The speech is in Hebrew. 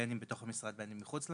בין אם בתוך המשרד, בין אם מחוץ למשרד.